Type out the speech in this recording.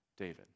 David